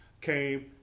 came